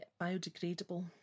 biodegradable